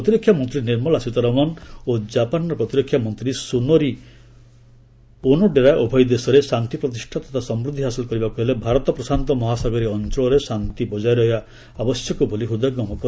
ପ୍ରତିରକ୍ଷା ମନ୍ତ୍ରୀ ନିର୍ମଳା ସୀତାରମଣ ଓ ଜାପାନର ପ୍ରତିରକ୍ଷାମନ୍ତ୍ରୀ ସୁନୋରି ଓନୋଡେରା ଉଭୟ ଦେଶରେ ଶାନ୍ତି ପ୍ରତିଷ୍ଠା ତଥା ସମୃଦ୍ଧି ହାସଲ କରିବାକୁ ହେଲେ ଭାରତ ପ୍ରଶାନ୍ତ ଅଞ୍ଚଳରେ ଶାନ୍ତି ବକାୟ ରହିବା ଆବଶ୍ୟକ ବୋଲି ହୃଦୟଙ୍ଗମ କରିଛନ୍ତି